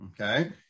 okay